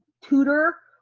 tutor,